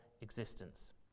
existence